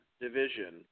division